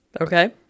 Okay